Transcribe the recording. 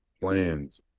plans